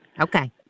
Okay